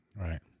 Right